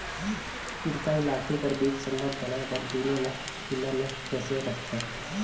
इरता अउ लाठी कर बीच संबंध बनाए बर दूनो ल खीला मे ठेसे रहथे